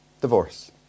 divorce